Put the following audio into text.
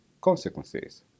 consequences